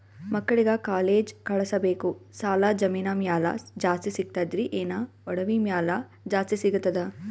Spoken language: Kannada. ಮಕ್ಕಳಿಗ ಕಾಲೇಜ್ ಕಳಸಬೇಕು, ಸಾಲ ಜಮೀನ ಮ್ಯಾಲ ಜಾಸ್ತಿ ಸಿಗ್ತದ್ರಿ, ಏನ ಒಡವಿ ಮ್ಯಾಲ ಜಾಸ್ತಿ ಸಿಗತದ?